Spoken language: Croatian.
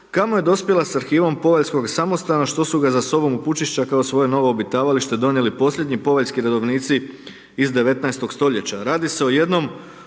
kamo je dospjela s arhivom Povaljskoga samostana što su ga za sobom u Pučišća kao svoje novo obitavalište donijeli posljednji Povaljski redovnici iz 19. stoljeća.